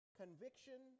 conviction